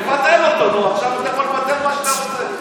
תבטל אותו, עכשיו אתה יכול לבטל מה שאתה רוצה.